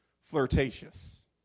flirtatious